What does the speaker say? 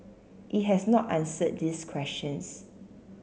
it has not answered these questions